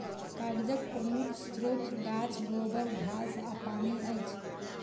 कागजक प्रमुख स्रोत गाछ, गोबर, घास आ पानि अछि